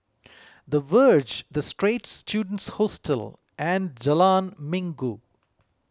the Verge the Straits Students Hostel and Jalan Minggu